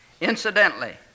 incidentally